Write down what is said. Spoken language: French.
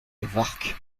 warcq